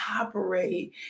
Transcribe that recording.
operate